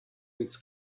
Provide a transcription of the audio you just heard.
its